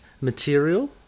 material